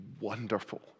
wonderful